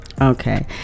Okay